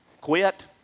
quit